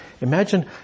Imagine